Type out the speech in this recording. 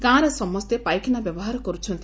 ଗାଁ ର ସମସ୍ତେ ପାଇଖନା ବ୍ୟବହାର କରୁଛନ୍ତି